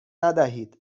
ندهید